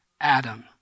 Adam